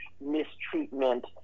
mistreatment